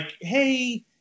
hey